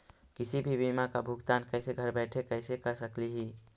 किसी भी बीमा का भुगतान कैसे घर बैठे कैसे कर स्कली ही?